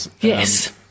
yes